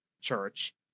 church